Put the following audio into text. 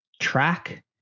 track